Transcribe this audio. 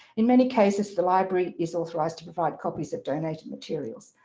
in many cases the library is authorized to provide copies of donated materials.